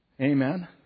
Amen